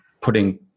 putting